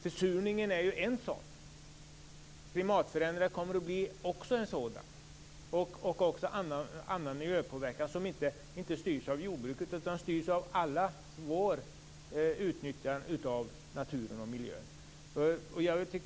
Försurningen står för en sådan påverkan liksom också klimatförändringar och annan miljöpåverkan som inte styrs av jordbruket utan av allas vårt utnyttjande av naturen och miljön.